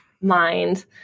mind